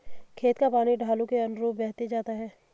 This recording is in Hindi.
खेत का पानी ढालू के अनुरूप बहते जाता है